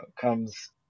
comes